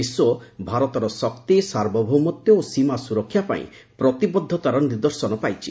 ବିଶ୍ୱ ଭାରତର ଶକ୍ତି ସାର୍ବଭୌମତ୍ୱ ଓ ସୀମା ସୁରକ୍ଷାପାଇଁ ପ୍ରତିବଦ୍ଧତାର ନିଦ୍ଦର୍ଶନ ପାଇଛି